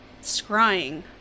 scrying